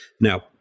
Now